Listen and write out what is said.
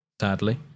sadly